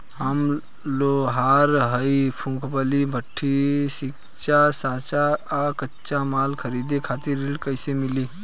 हम लोहार हईं फूंकनी भट्ठी सिंकचा सांचा आ कच्चा माल खरीदे खातिर ऋण कइसे मिली?